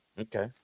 Okay